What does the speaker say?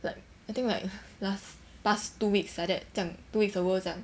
like I think like last past two weeks like that 将 two weeks ago 将